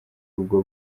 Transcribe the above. ubwo